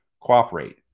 cooperate